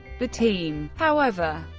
the team, however,